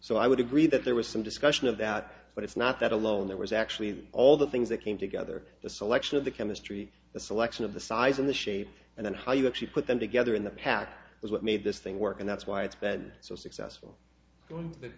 so i would agree that there was some discussion of that but it's not that alone there was actually all the things that came together the selection of the chemistry the selection of the size and the shape and then how you actually put them together in the pack was what made this thing work and that's why it's ben